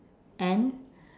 and